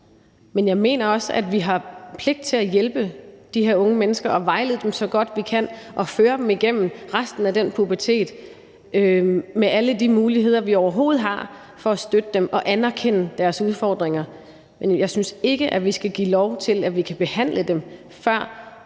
Men jeg mener også, at vi har en pligt til at hjælpe de her unge mennesker og vejlede dem så godt, vi kan, og føre dem igennem resten af den pubertet med alle de muligheder, vi overhovedet har, for at støtte dem og anerkende deres udfordringer. Men jeg synes ikke, at vi skal give lov til, at vi kan behandle dem, før